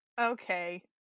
okay